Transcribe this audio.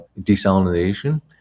desalination